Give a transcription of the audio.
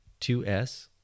2S